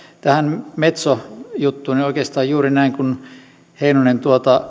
tähän metso juttuun oikeastaan on juuri näin kuin heinonen